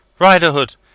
Riderhood